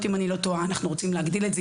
רשויות, ואנחנו רוצים להגדיל את זה.